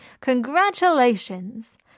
Congratulations